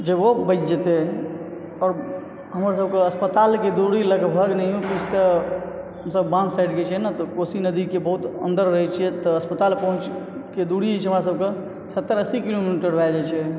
बचि जेतै हमर सबके अस्पतालके दूरी लगभग नओ किछु तऽ हम सब बाँध दिस कऽ छियै नहि कोसी नदी के बहुत अन्दर रहै छियै तऽ अस्पताल पहँचे के दूरी जे छै हमरासभके सत्तर अस्सी किलोमीटर भय जाइ छै